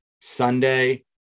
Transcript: sunday